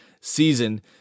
season